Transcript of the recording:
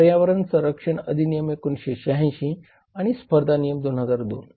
पर्यावरण संरक्षण अधिनियम 1986 आणि स्पर्धा अधिनियम 2002